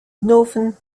northern